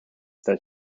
that